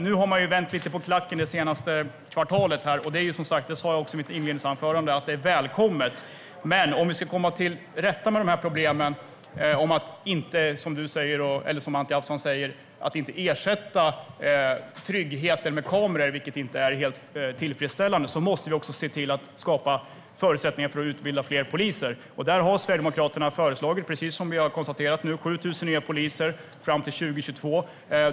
Nu har man vänt lite på klacken under det senaste kvartalet, och det är - som jag sa i mitt inledningsanförande - välkommet. Men om man inte ska skapa trygghet genom kameror, vilket inte är helt tillfredsställande, måste man se till att skapa förutsättningar för att utbilda fler poliser. Där har Sverigedemokraterna föreslagit 7 000 nya poliser fram till 2022.